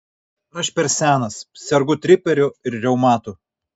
aš per senas sergu triperiu ir reumatu